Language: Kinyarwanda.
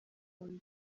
undi